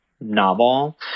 novel